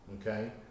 okay